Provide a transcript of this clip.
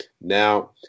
now